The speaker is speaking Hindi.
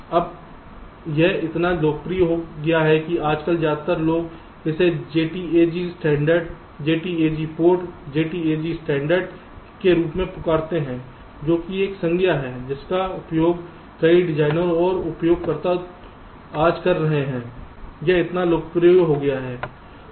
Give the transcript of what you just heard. अब यह इतना लोकप्रिय हो गया कि आजकल ज्यादातर लोग इन्हें JTAG standard JTAG port JTAG standard के रूप में पुकारते हैं जो कि एक संज्ञा है जिसका उपयोग कई डिजाइनर और उपयोगकर्ता आज कर रहे हैं यह इतना लोकप्रिय हो गया है